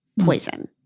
poison